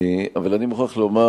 אבל אני מוכרח לומר: